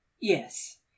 yes